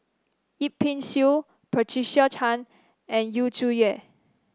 Yip Pin Xiu Patricia Chan and Yu Zhuye